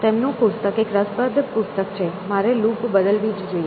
તેમનું પુસ્તક એક રસપ્રદ પુસ્તક છે મારે લૂપ બદલવી જ જોઈએ